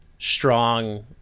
strong